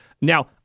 Now